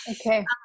Okay